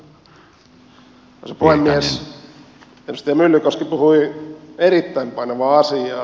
edustaja myllykoski puhui erittäin painavaa asiaa